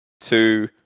two